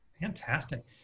Fantastic